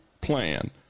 plan